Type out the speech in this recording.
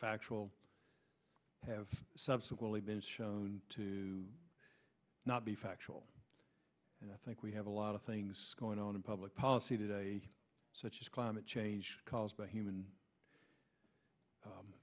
factual have subsequently been shown to not be factual and i think we have a lot of things going on in public policy today such as climate change caused by human